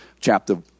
chapter